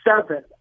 seven